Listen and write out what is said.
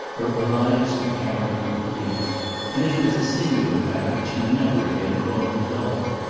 her alliance with carrington completed and it was a singular fact that she never again called him dull.